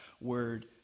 word